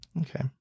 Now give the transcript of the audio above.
Okay